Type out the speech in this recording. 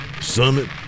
Summit